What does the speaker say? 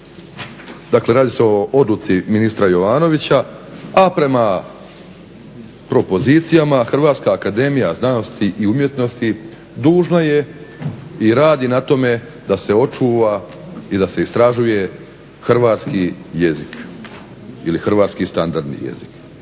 Dakle radi se o odluci ministra Jovanovića, a prema propozicijama Hrvatska akademija znanosti i umjetnosti dužna je i radi na tome da se očuva i istražuje hrvatski jezik, ili hrvatski standardni jezik.